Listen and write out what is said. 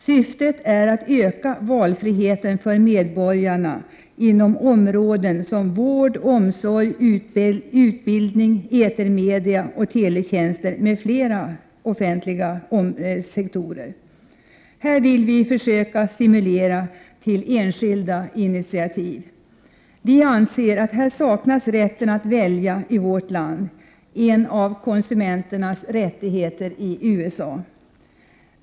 Syftet är att öka valfriheten för medborgarna inom områden som vård, omsorg, utbildning, etermedia, teletjänst, m.fl. offentliga sektorer. Här vill vi försöka stimulera till enskilda initiativ. Vi anser att här saknas rätten att välja i vårt land — en av konsumenternas rättigheter i USA.